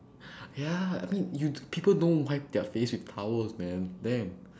ya I mean you people don't wipe their face with towels man damn